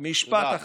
בן 17 במותו,